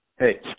Hey